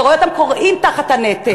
אתה רואה אותם כורעים תחת הנטל.